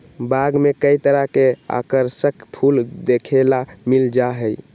बाग में कई तरह के आकर्षक फूल देखे ला मिल जा हई